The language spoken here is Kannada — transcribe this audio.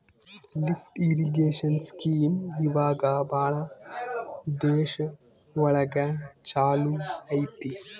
ಲಿಫ್ಟ್ ಇರಿಗೇಷನ್ ಸ್ಕೀಂ ಇವಾಗ ಭಾಳ ದೇಶ ಒಳಗ ಚಾಲೂ ಅಯ್ತಿ